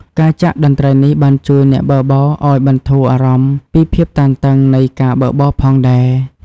ការចាក់តន្ត្រីនេះបានជួយអ្នកបើកបរឱ្យបន្ធូរអារម្មណ៍ពីភាពតានតឹងនៃការបើកបរផងដែរ។